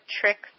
tricks